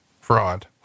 fraud